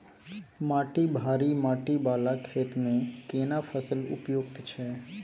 माटी भारी माटी वाला खेत में केना फसल उपयुक्त छैय?